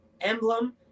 emblem